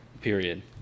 Period